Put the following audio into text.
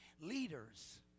Leaders